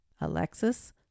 Alexis